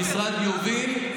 המשרד יוביל,